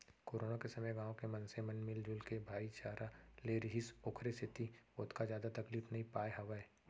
corona के समे गाँव के मनसे मन मिलजुल के भाईचारा ले रिहिस ओखरे सेती ओतका जादा तकलीफ नइ पाय हावय